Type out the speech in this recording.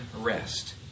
rest